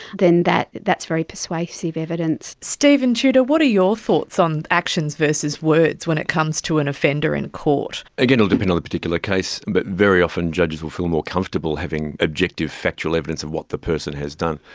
then that is very persuasive evidence. steven tudor, what are your thoughts on actions versus words when it comes to an offender in court? again, it will depend on the particular case, but very often judges will feel more comfortable having objective factual evidence of what the person has done.